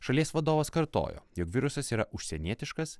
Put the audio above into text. šalies vadovas kartojo jog virusas yra užsienietiškas